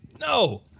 No